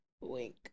wink